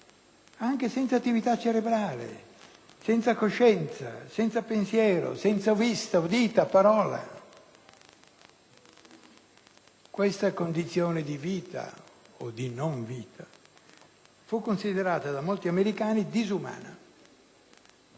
anche senza attività cerebrale, senza coscienza, senza pensiero, senza vista, udito, parola. Questa condizione di vita, o di non vita, fu considerata da molti americani disumana.